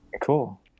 Cool